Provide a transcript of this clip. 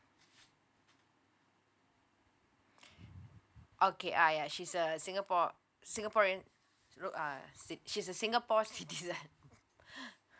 okay I uh she's a singapore singaporean lo~ uh c~ she's a singapore citizen